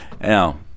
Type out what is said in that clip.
Now